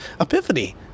epiphany